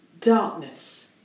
Darkness